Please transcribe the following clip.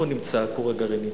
פה נמצא הכור הגרעיני.